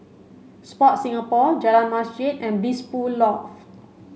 Sport Singapore Jalan Masjid and Blissful Loft